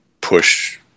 push